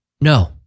No